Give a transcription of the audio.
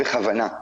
בכוונה,